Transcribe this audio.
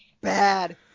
bad